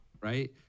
right